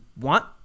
want